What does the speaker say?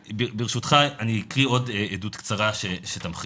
ברשותך, אני אקריא עוד עדות קצרה שתמחיש,